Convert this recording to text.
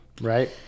Right